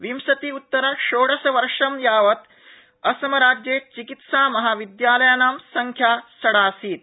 विंशति उत्तर षोडश वर्ष यावत् असमराज्ये चिकीत्सामहाविद्यालयानां संख्या षडेव आसीत्